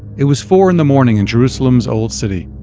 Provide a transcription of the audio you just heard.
it was four in the morning in jerusalem's old city.